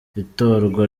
itorwa